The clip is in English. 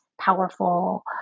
powerful